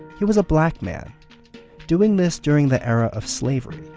he was a black man doing this during the era of slavery.